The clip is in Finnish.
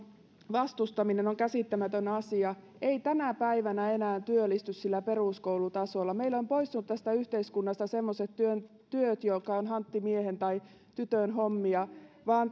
vastustaminen on kyllä käsittämätön asia ei tänä päivänä enää työllisty peruskoulutasolla tästä yhteiskunnasta ovat poistuneet semmoiset työt jotka ovat hanttimiehen tai tytön hommia vaan